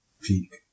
Peak